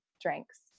drinks